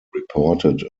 reported